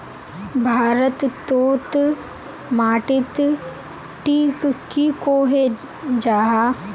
भारत तोत माटित टिक की कोहो जाहा?